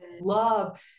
love